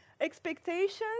expectations